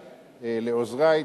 לעוזרי,